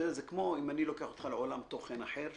אם אני לוקח אותך לעולם תוכן אחר,